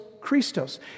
Christos